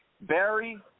Barry